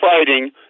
fighting